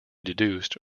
deduced